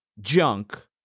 junk